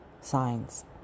signs